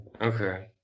okay